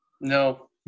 No